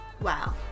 Wow